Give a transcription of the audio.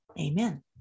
amen